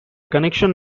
connection